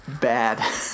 bad